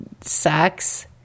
sex